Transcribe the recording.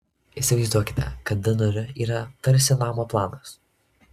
įsivaizduokite kad dnr yra tarsi namo planas